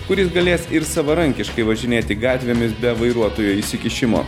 kuris galės ir savarankiškai važinėti gatvėmis be vairuotojo įsikišimo